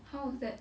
how's that